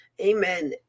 Amen